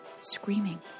screaming